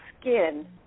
skin